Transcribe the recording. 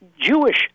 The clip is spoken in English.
Jewish